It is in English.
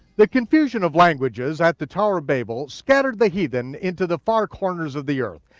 the confusion of languages at the tower of babel scattered the heathen into the far corners of the earth,